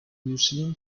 museum